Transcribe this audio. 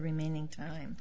remaining time